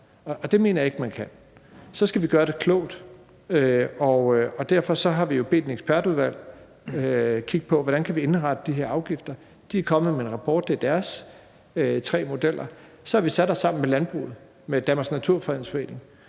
det mener jeg ikke man kan. Så skal vi gøre det klogt, og derfor har vi jo bedt et ekspertudvalg kigge på, hvordan vi kan indrette de her afgifter. De er kommet med en rapport, og det er deres tre modeller, og så har vi sat os sammen med landbruget, Danmarks Naturfredningsforening,